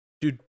Dude